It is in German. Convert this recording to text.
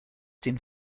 den